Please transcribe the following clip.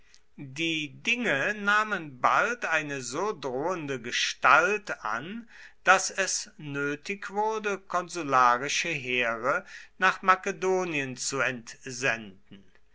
die dinge nahmen bald eine so drohende gestalt an daß es nötig wurde konsularische heere nach makedonien zu entsenden